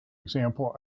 example